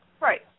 Right